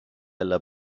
alla